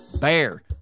BEAR